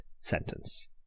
sentence